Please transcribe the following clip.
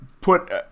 put